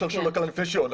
לפני שהיא עולה,